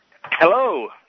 Hello